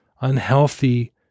unhealthy